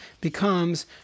becomes